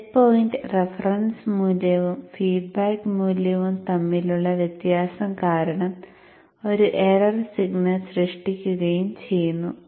set point reference മൂല്യവും feedback മൂല്യവും തമ്മിലുള്ള വ്യത്യാസം കാരണം ഒരു എറർ സിഗ്നൽ സൃഷ്ടിക്കുകയും ചെയ്യുന്നു